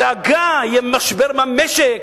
הדאגה שיהיה משבר במשק,